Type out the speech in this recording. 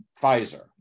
Pfizer